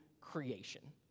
creation